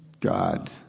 God